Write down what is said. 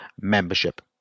membership